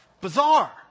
bizarre